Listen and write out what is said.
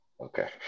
Okay